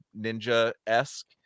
ninja-esque